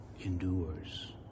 endures